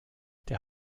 der